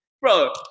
Bro